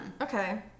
Okay